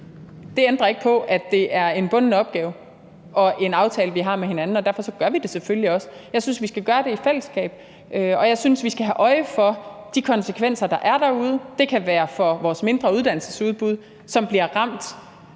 Det ændrer ikke på, at det er en bunden opgave og en aftale, vi har med hinanden, og derfor gør vi det selvfølgelig også. Jeg synes, vi skal gøre det i fællesskab, og jeg synes, vi skal have øje for de konsekvenser, der er derude – det kan være for vores mindre uddannelsesudbud, som bliver ramt,